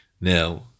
Now